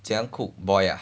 怎样 cook boil ah